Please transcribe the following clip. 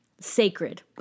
sacred